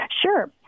Sure